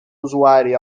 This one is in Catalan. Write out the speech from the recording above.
usuari